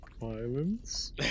Violence